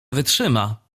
wytrzyma